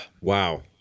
Wow